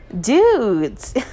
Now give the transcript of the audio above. dudes